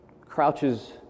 crouches